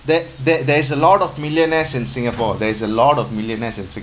that that there's a lot of millionaires in singapore there is a lot of millionaires in singapore